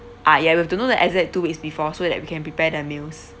ah ya we have to know the exact two weeks before so that we can prepare the meals